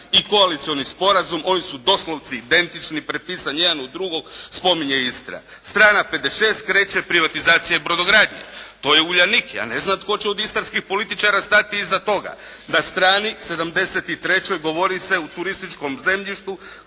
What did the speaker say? i koalicioni sporazum. Oni su doslovce identični, prepisan jedan u drugog, spominje Istra. Strana 56 kreće privatizacija brodogranje. To je "Uljanik". Ja ne znam tko će od istarskih političara stati iza toga. Na strani 73. govori se u turističkom zemljištu